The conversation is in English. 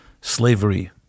Slavery